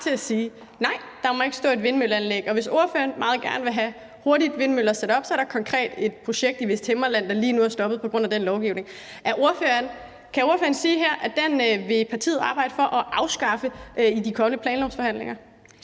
til at sige: Nej, der må ikke stå et vindmølleanlæg. Og hvis ordføreren meget gerne vil have sat vindmøller op hurtigt, er der konkret et projekt i Vesthimmerland, der lige nu er stoppet på grund af den lovgivning. Kan ordføreren her sige, at den vil partiet arbejde for at afskaffe i de kommende planlovsforhandlinger?